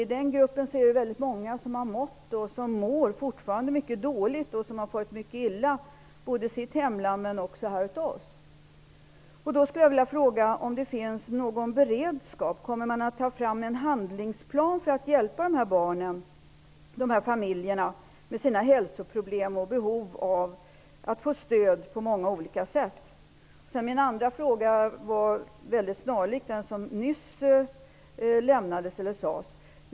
I den gruppen är det många som har mått och fortfarande mår mycket dåligt och som har farit illa, både i sitt hemland och här hos oss. Min andra fråga är snarlik den som nyss ställdes.